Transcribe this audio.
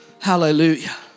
Hallelujah